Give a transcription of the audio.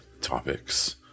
topics